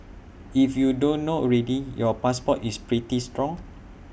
if you don't know already your passport is pretty strong